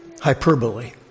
hyperbole